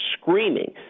screaming